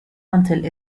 until